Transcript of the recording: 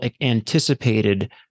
anticipated